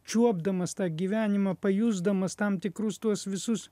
čiuopdamas tą gyvenimą pajusdamas tam tikrus tuos visus